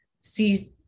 see